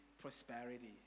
prosperity